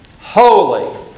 Holy